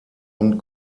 und